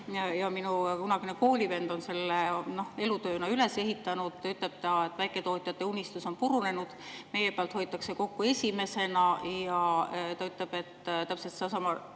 Minu kunagine koolivend on selle elutööna üles ehitanud ja nüüd ütleb ta, et väiketootjate unistus on purunenud ja nende pealt hoitakse kokku esimesena. Ja ta ütleb – täpselt sedasama